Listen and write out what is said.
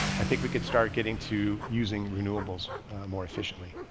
i think we could start getting to using renewables more efficiently.